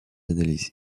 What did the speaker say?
analyse